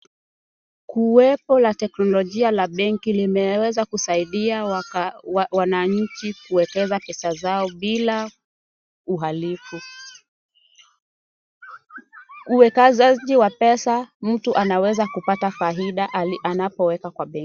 Kuwepo kwa teknolojia la benki limeweza kusaidia wananchi kuwekeza pesa zao bila uhalifu. Uwekezaji wa pesa mtu anaweza kupata faida anapoweka kwa benki.